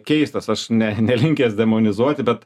keistas aš ne nelinkęs demonizuoti bet